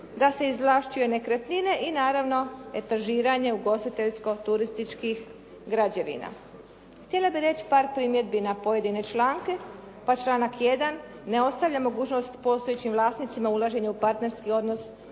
da se izvlašćuju nekretnine i naravno etažiranje ugostiteljsko-turističkih građevina. Htjela bih reći par primjedbi na pojedine članke, pa članak 1. ne ostavlja mogućnost postojećim vlasnicima ulaženje u partnerski odnos